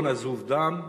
לא נזוב דם?